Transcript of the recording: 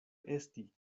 esti